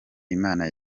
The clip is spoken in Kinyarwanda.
imana